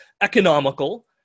economical